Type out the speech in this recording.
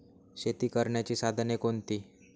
शेती करण्याची साधने कोणती?